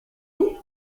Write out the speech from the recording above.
vous